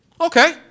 Okay